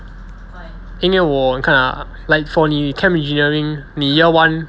因为我你看 ah like for 你 chem engineering 你 year one